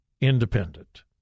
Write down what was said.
Independent